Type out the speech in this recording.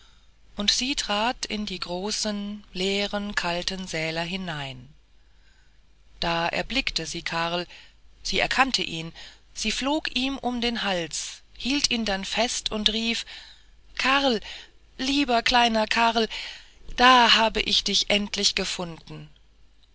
und sie trat in die großen leeren kalten säle hinein da erblickte sie karl sie erkannte ihn sie flog ihm um den hals hielt ihn dann fest und rief karl lieber kleiner karl da habe ich dich endlich gefunden